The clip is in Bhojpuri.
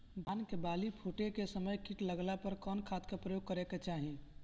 धान के बाली फूटे के समय कीट लागला पर कउन खाद क प्रयोग करे के चाही?